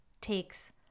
takes